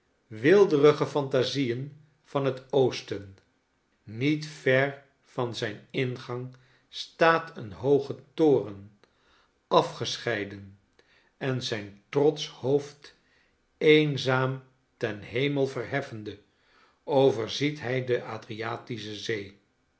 weelderige phantasieen van het oosten niet ver van zijn ingang staat een hooge toren afgescheiden en zijn trotsch hoofd eenzaam ten hemel verheffende overziet hij de adriatische zee